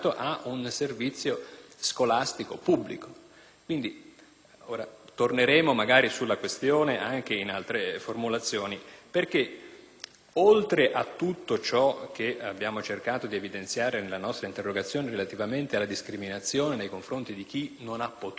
scolastico pubblico. Torneremo sulla questione perché, oltre a tutto ciò che abbiamo cercato di evidenziare nella nostra interrogazione relativamente alla discriminazione nei confronti di chi non ha potuto, per vari motivi